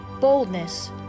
boldness